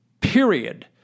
Period